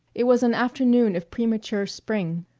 it was an afternoon of premature spring.